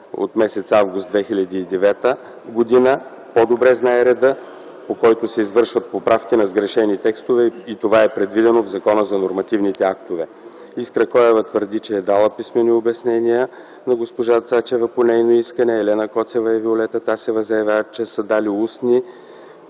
от м. август 2009 г.) по-добре знае реда, по който се извършват поправки на сгрешени текстове и това е предвидено в Закона за нормативните актове. Искра Коева твърди, че е дала писмени обяснения на госпожа Цачева по нейно искане. Елена Коцева и Виолета Тасева заявяват, че са дали устни.